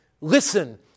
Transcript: listen